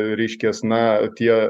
reiškias na tie